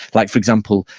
like for example,